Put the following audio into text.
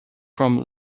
from